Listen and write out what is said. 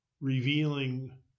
revealing